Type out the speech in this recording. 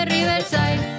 Riverside